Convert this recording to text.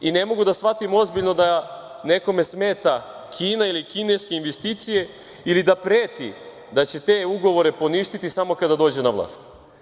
Ne mogu da shvatim ozbiljno da nekome smeta Kina ili kineske investicije, ili da preti da će te ugovore poništiti samo kada dođe na vlast.